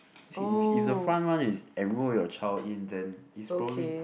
see if if the front one is enroll your child in then is probably